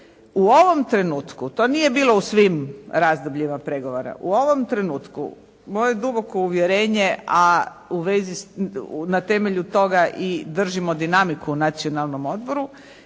U ovom trenutku, to nije bilo u svim razdobljima pregovora, u ovom trenutku moje duboko uvjerenje a u vezi, na temelju toga i držimo dinamiku Nacionalnom odboru